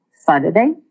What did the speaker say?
Saturday